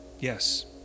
Yes